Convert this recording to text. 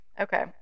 Okay